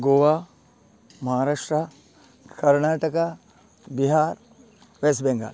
Goa Maharashtra Karnataka Bihar West Bengal